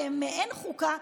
כמעין חוקה,